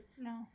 No